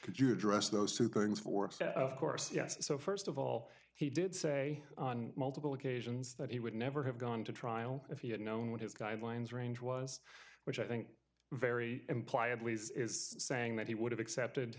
could you address those two things for except of course yes so st of all he did say on multiple occasions that he would never have gone to trial if he had known what his guidelines range was which i think very imply ablaze is saying that he would have accepted